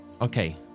Okay